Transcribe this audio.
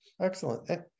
Excellent